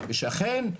בשכן,